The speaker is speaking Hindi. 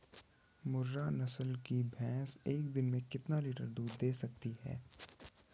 मुर्रा नस्ल की भैंस एक दिन में कितना लीटर दूध दें सकती है?